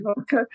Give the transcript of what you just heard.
Okay